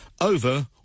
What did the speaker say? over